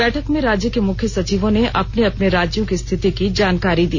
बैठक में राज्य के मुख्य सचिवों ने अपने अपने राज्यों की स्थिति की जानकारी दी